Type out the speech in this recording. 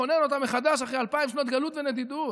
לכונן אותה מחדש אחרי אלפיים שנות גלות ונדידות.